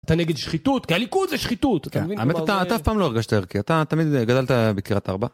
אתה נגד שחיתות, כי הליכוד זה שחיתות. האמת אתה אף פעם לא הרגשת את זה. כי אתה תמיד גדלת בקריית ארבע.